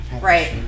Right